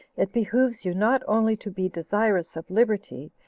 it behooves you not only to be desirous of liberty,